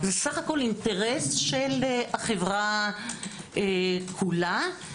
זה אינטרס של החברה כולה.